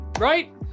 Right